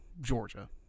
Georgia